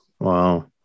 Wow